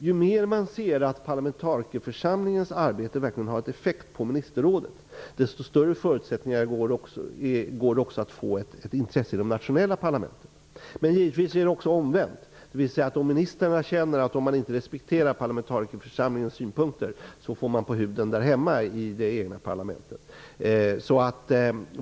Ju mer man ser att parlamentarikerförsamlingens arbete verkligen har effekt på ministerrådet, desto större förutsättningar finns det också att få ett intresse i de nationella parlamenten. Men givetvis finns det också ett omvänt samband. Om ministrarna känner att man inte respekterar parlamentarikerförsamlingens synpunkter, får de på huden hemma i det egna parlamentet.